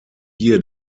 hier